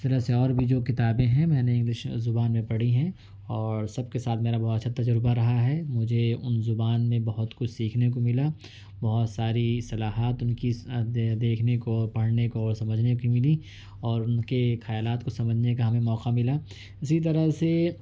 اس طرح سے اور بھی جو کتابیں ہیں میں نے انگلش میں پڑھی ہیں اور سب کے ساتھ میرا بہت اچھا تجربہ رہا ہے مجھے ان زبان میں بہت کچھ سیکھنے کو ملا بہت ساری اصطلاحات ان کی دیکھنے کو پڑھنے کو اور سمجھنے کو ملی اور ان کے خیالات کو سمجھنے کا ہمیں موقع ملا اسی طرح سے